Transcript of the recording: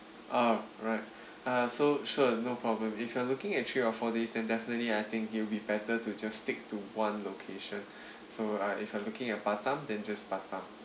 oh right uh so sure no problem if you are looking at three or four days then definitely I think it'll be better to just stick to one location so uh if you are looking at batam then just batam